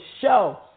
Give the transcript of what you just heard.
show